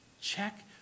Check